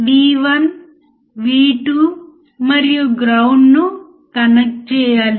కాబట్టి త్వరగా తరువాతి విభాగానికి వెళ్దాం వోల్టేజ్ ఫాలోవర్